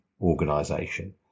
organization